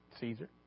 Caesar